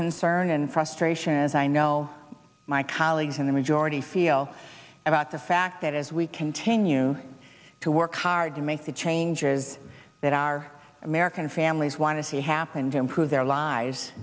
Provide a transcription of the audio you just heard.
concern and frustration as i know my colleagues in the majority feel about the fact that as we continue to work hard to make the changes that our american families want to see happen to improve their lives